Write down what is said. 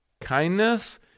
Kindness